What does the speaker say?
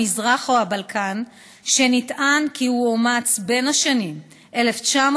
המזרח או הבלקן שנטען כי הוא אומץ בין השנים 1948